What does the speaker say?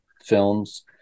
films